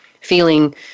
feeling